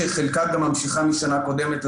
שחלקה גם ממשיכה משנה קודמת,